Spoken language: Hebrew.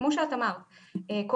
כמו שאת אמרת קודם.